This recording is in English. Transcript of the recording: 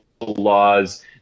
laws